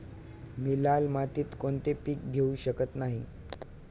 मी लाल मातीत कोणते पीक घेवू शकत नाही?